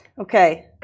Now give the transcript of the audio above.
Okay